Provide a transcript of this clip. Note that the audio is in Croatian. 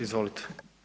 Izvolite.